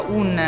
un